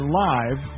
live